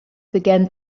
began